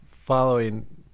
following